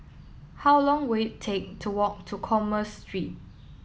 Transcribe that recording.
how long will it take to walk to Commerce Street